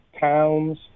towns